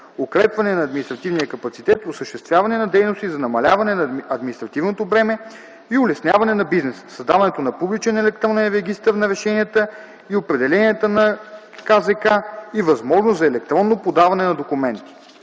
укрепване на административния капацитет; осъществяване на дейности за намаляване на административното бреме и улесняване на бизнеса; създаването на публичен електронен регистър на решенията и определенията на Комисията за защита на конкуренцията и възможност за електронно подаване на документи.